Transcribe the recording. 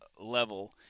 level